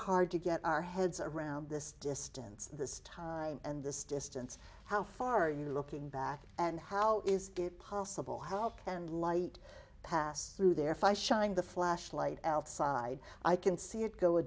hard to get our heads around this distance this time and this distance how far you are looking back and how is it possible help and light pass through there fi shined the flashlight outside i can see it go a